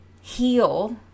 heal